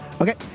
Okay